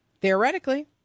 Theoretically